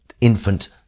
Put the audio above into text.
infant